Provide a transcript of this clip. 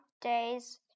days